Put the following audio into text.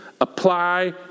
Apply